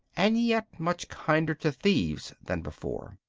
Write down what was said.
and yet much kinder to thieves than before.